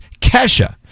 kesha